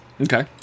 Okay